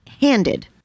Handed